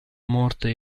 morte